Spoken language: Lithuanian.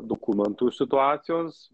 dokumentų situacijos